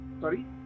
Sorry